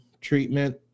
treatment